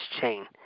chain